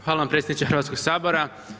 Hvala vam predsjedniče Hrvatskog sabora.